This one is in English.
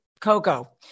Coco